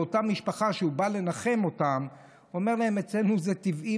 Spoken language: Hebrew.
לאותם משפחה שהוא בא לנחם אותם: אצלנו זה טבעי,